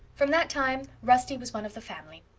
from that time rusty was one of the family.